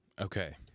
Okay